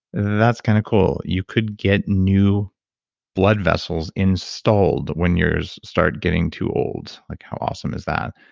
that's kind of cool. you could get new blood vessels installed when yours start getting too old. like how awesome is that?